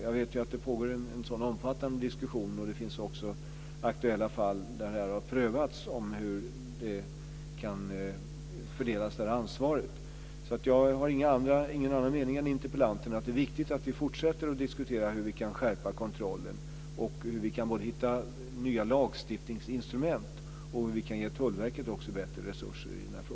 Jag vet ju att det pågår en omfattande sådan diskussion. Det finns också aktuella fall där det har prövats hur ansvaret ska fördelas. Jag har ingen annan mening än interpellanten, att det är viktigt att vi fortsätter att diskutera hur vi kan skärpa kontrollen och hur vi kan hitta nya lagstiftningsinstrument och ge Tullverket bättre resurser.